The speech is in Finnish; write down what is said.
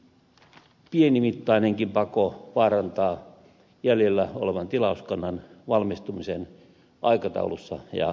tällainen pienimittainenkin pako vaarantaa jäljellä olevan tilauskannan valmistumisen aikataulussa ja kannattavasti